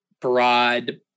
broad